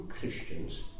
Christians